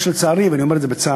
יש, לצערי, ואני אומר את זה בצער,